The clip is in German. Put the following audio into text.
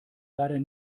leider